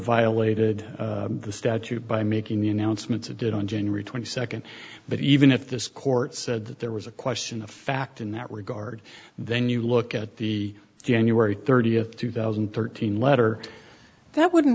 violated the statute by making the announcement to do it on january twenty second but even if this court said that there was a question of fact in that regard then you look at the january thirtieth two thousand and thirteen letter that wouldn't